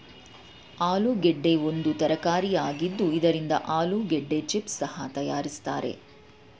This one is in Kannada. ಆಲೂಗೆಡ್ಡೆ ಒಂದು ತರಕಾರಿಯಾಗಿದ್ದು ಇದರಿಂದ ಆಲೂಗೆಡ್ಡೆ ಚಿಪ್ಸ್ ಸಹ ತರಯಾರಿಸ್ತರೆ